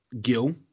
Gil